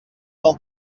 del